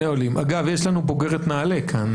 אגב, יש לנו בוגרת נעל"ה כאן.